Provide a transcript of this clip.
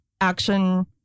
action